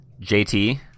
JT